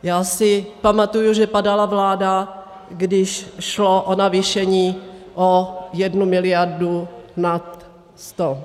Já si pamatuji, že padala vláda, když šlo o navýšení o jednu miliardu nad sto.